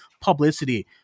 publicity